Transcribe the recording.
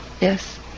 Yes